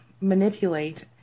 manipulate